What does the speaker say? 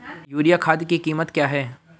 Urea खाद की कीमत क्या है?